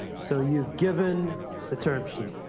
so you've given the term sheet.